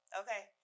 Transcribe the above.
okay